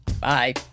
Bye